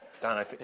Don